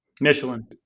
Michelin